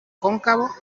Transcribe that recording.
cóncavo